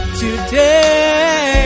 today